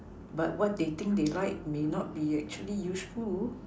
but what they think they like may not be actually useful